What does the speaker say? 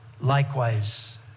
likewise